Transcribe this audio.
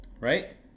Right